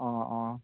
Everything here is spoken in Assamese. অঁ অঁ